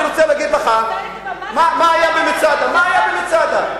מה היה במצדה?